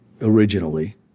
originally